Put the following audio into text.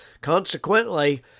consequently